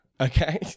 okay